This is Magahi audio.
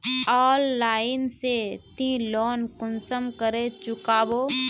ऑनलाइन से ती लोन कुंसम करे चुकाबो?